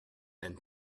and